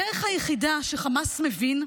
הדרך היחידה שחמאס מבין,